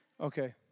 Okay